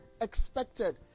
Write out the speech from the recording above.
expected